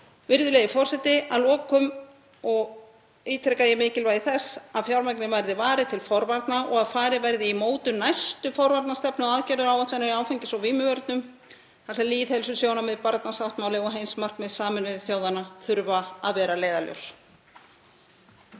Virðulegi forseti. Að lokum ítreka ég mikilvægi þess að fjármagni verði varið til forvarna og að farið verði í mótun næstu forvarnastefnu og aðgerðaáætlana í áfengis- og vímuvörnum. Lýðheilsusjónarmið, barnasáttmálinn og heimsmarkmið Sameinuðu þjóðanna þurfa að vera leiðarljós.